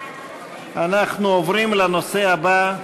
אנחנו עוברים לנושא הבא: